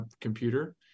computer